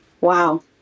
Wow